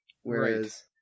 Whereas